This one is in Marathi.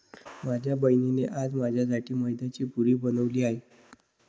माझ्या बहिणीने आज माझ्यासाठी मैद्याची पुरी बनवली आहे